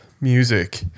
music